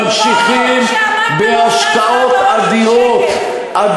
לא זז קו העוני בשקל.